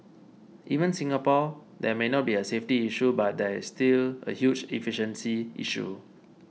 even Singapore there may not be a safety issue but there is still a huge efficiency issue